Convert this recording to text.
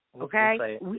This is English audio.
Okay